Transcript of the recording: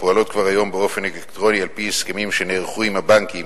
הפועלות כבר היום באופן אלקטרוני על-פי הסכמים שנערכו עם הבנקים